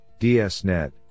DSNet